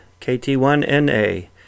KT1NA